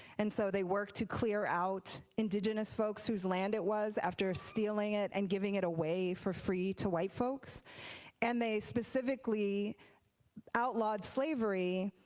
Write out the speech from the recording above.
and so they worked to clear out indigenous folks, whose land it was after stealing it and giving it away for free to white folks and they specifically outlawed slaverly,